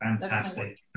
Fantastic